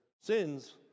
sins